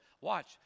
Watch